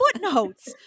footnotes